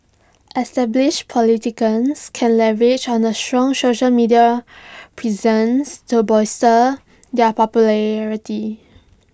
established politicians can leverage on A strong social media presence to bolster their popularity